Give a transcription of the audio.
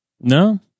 No